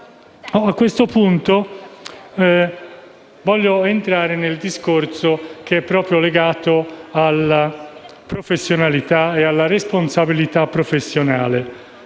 A questo punto voglio entrare nel discorso legato alla professionalità e alla responsabilità professionale,